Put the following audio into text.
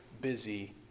busy